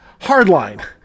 Hardline